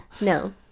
No